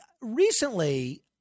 Recently